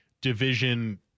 division